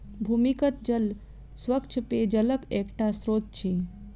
भूमिगत जल स्वच्छ पेयजलक एकटा स्त्रोत अछि